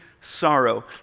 sorrow